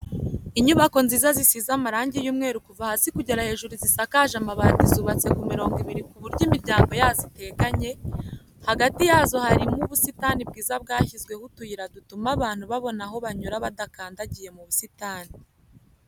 Inyubako nziza zisize amarangi y'umweru kuva hasi kugera hejuru zisakaje amabati zubatse mu mirongo ibiri ku buryo imiryango yazo iteganye, hagati yazo harimo ubusitani bwiza bwashyizwemo utuyira dutuma abantu babona aho banyura badakandagiye mu busitani.